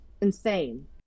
Insane